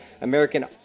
American